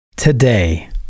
Today